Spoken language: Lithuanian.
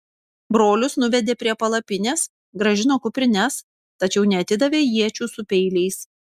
brolius nuvedė prie palapinės grąžino kuprines tačiau neatidavė iečių su peiliais